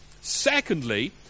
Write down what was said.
Secondly